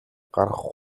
гаргах